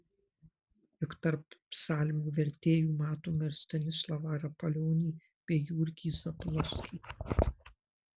juk tarp psalmių vertėjų matome ir stanislavą rapalionį bei jurgį zablockį